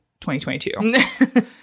2022